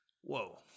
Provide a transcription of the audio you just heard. whoa